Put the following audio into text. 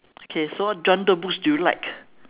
okay so what genre books do you like